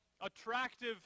Attractive